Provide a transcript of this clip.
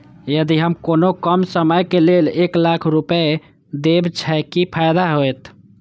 यदि हम कोनो कम समय के लेल एक लाख रुपए देब छै कि फायदा होयत?